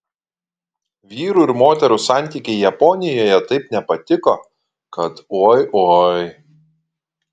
vyrų ir moterų santykiai japonijoje taip nepatiko kad oi oi